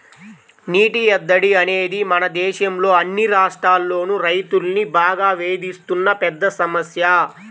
నీటి ఎద్దడి అనేది మన దేశంలో అన్ని రాష్ట్రాల్లోనూ రైతుల్ని బాగా వేధిస్తున్న పెద్ద సమస్య